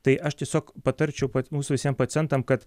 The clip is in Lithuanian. tai aš tiesiog patarčiau pat mūsų visiem pacientam kad